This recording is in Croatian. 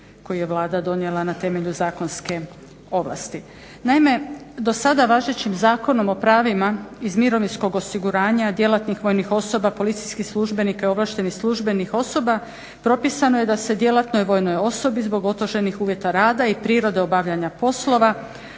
koju je Vlada donijela na temelju zakonske ovlasti. Naime, do sada važećim zakonom o pravima iz mirovinskog osiguranja djelatnih vojnih osoba, policijskih službenika i ovlaštenih službenih osoba propisano je da se djelatnoj vojnoj osobi zbog otežanih uvjeta rada i prirode obavljanja poslova